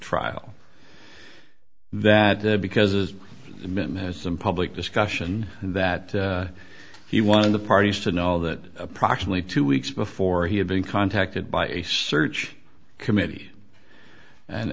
trial that because mitt has some public discussion that he wanted the parties to know that approximately two weeks before he had been contacted by a search committee and